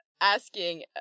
asking